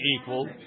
equal